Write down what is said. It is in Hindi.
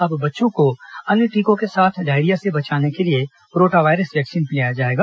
अब बच्चों को अन्य टीकों के साथ डायरिया से बचाने रोटा वायरस वैक्सीन पिलाया जाएगा